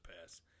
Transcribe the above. pass